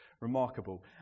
Remarkable